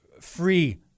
free